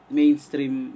mainstream